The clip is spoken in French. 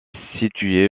situé